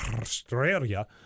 australia